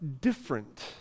different